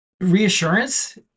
reassurance